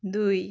দুই